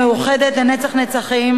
המאוחדת לנצח נצחים,